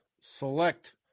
select